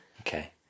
Okay